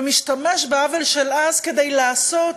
ומשתמש בעוול של אז כדי לעשות